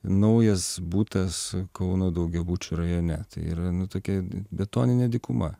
naujas butas kauno daugiabučių rajone tai yra nu tokia betoninė dykuma